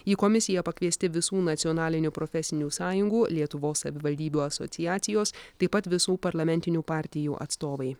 į komisiją pakviesti visų nacionalinių profesinių sąjungų lietuvos savivaldybių asociacijos taip pat visų parlamentinių partijų atstovai